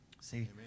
See